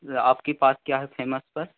आपके पास क्या है फेमस सर